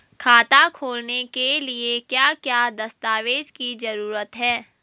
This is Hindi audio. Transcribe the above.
खाता खोलने के लिए क्या क्या दस्तावेज़ की जरूरत है?